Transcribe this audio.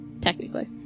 Technically